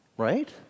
right